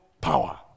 power